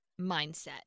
mindset